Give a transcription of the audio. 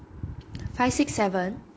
five six seven